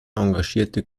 engagierte